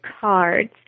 cards